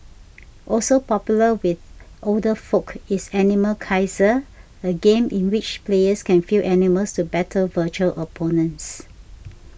also popular with older folk is Animal Kaiser a game in which players can field animals to battle virtual opponents